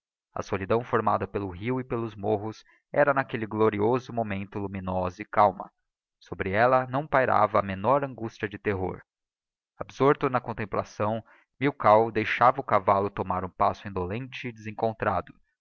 a solidão formada pelo rio e pelos morros era n'aquelle glorioso momento luminosa e calma sobre ella não pairava a menor angustia de terror absorto na contemplação milkau deixava o cavallo tomar um passo indolente e desencontrado